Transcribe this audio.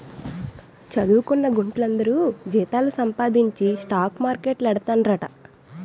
చదువుకొన్న గుంట్లందరూ జీతాలు సంపాదించి స్టాక్ మార్కెట్లేడతండ్రట